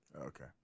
Okay